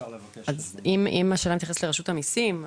אם השאלה מתייחסת לרשות המיסים,